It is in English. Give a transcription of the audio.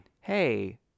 Hey